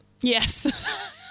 Yes